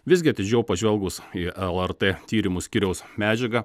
visgi atidžiau pažvelgus į lrt tyrimo skyriaus medžiagą